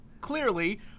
clearly